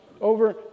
over